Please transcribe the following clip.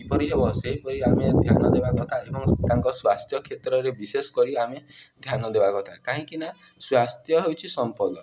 କିପରି ହେବ ସେହିପରି ଆମେ ଧ୍ୟାନ ଦେବା କଥା ଏବଂ ତାଙ୍କ ସ୍ୱାସ୍ଥ୍ୟ କ୍ଷେତ୍ରରେ ବିଶେଷ କରି ଆମେ ଧ୍ୟାନ ଦେବା କଥା କାହିଁକିନା ସ୍ୱାସ୍ଥ୍ୟ ହେଉଛି ସମ୍ପଦ